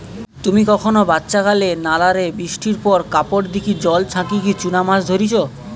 তুমি কখনো বাচ্চাকালে নালা রে বৃষ্টির পর কাপড় দিকি জল ছাচিকি চুনা মাছ ধরিচ?